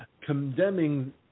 condemning